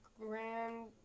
grand